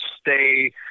stay